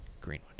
Greenwood